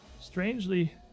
strangely